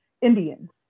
Indians